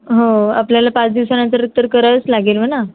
हो आपल्याला पाच दिवसानंतर तर करावंच लागेल मग ना